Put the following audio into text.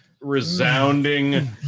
resounding